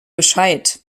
bescheid